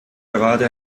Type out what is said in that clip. gerade